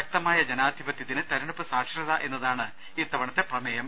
ശക്തമായ ജനാധിപത്യത്തിന് തെരഞ്ഞെടുപ്പ് സാക്ഷരത എന്നതാണ് ഇത്തവണത്തെ പ്രമേയം